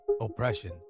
oppression